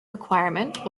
requirement